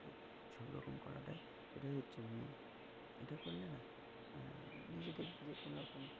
সব রকম করাটাই এটাই হচ্ছে মেন এটা করলে না নিজে দেখবে যে কোনো রকম